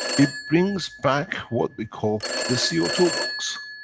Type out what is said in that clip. it brings back what we call, the c o two box.